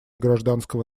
гражданского